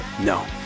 no